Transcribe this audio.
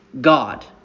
God